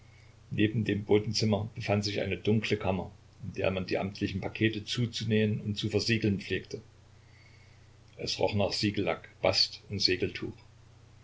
neben dem botenzimmer befand sich eine dunkle kammer in der man die amtlichen pakete zuzunähen und zu versiegeln pflegte es roch hier nach siegellack bast und